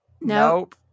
nope